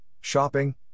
shopping